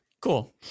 Cool